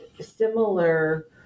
similar